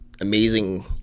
amazing